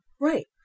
Right